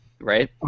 right